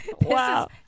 wow